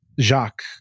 Jacques